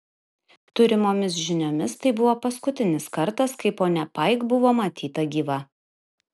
turimomis žiniomis tai buvo paskutinis kartas kai ponia paik buvo matyta gyva